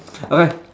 okay